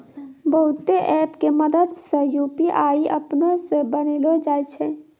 बहुते ऐप के मदद से यू.पी.आई अपनै से बनैलो जाय छै